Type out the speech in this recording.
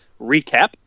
Recap